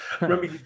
remember